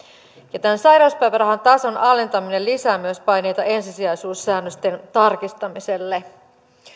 tämän sairauspäivärahan tason alentaminen lisää myös paineita ensisijaisuussäännösten tarkistamiselle